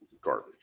garbage